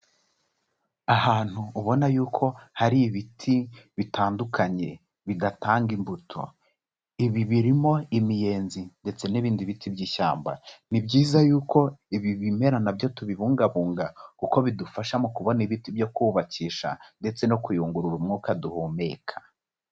Ahantu ubona yuko hari ibiti bitandukanye, bidatanga imbuto, ibi birimo imiyenzi ndetse n'ibindi biti by'ishyamba, ni byiza yuko ibi bimera nabyo tubibungabunga, kuko bidufasha mu kubona ibiti byo kubakisha, ndetse no kuyungurura umwuka duhumeka.